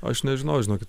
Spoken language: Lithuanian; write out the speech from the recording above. aš nežinau žinokit